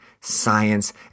science